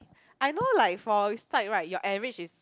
I know like for side right your average is